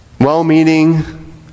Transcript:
Well-meaning